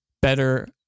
better